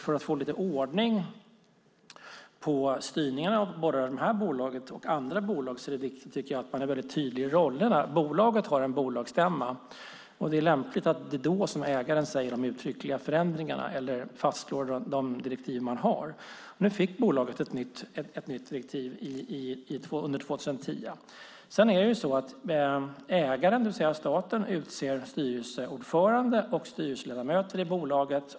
För att få lite ordning på styrningen av detta bolag och andra är det viktigt att man är tydlig i rollerna. Bolaget har en bolagsstämma, och då är det lämpligt att ägaren uttalar de uttryckliga förändringarna och fastslår direktiven. Vattenfall fick ett nytt direktiv under 2010. Ägaren, det vill säga staten, utser styrelseordförande och styrelseledamöter i bolaget.